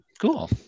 Cool